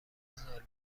زالوئه